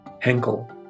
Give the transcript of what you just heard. Henkel